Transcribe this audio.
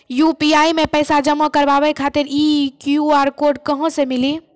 UPI मे पैसा जमा कारवावे खातिर ई क्यू.आर कोड कहां से मिली?